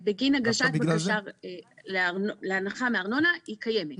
הזכות בגין הגשת הנחה מארנונה היא קיימת.